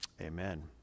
Amen